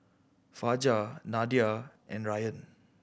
Fajar Nadia and Ryan